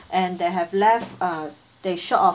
and they have left uh they short of